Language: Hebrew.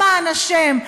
למען השם,